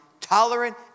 tolerant